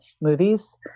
movies